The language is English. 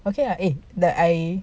okay lah eh the eye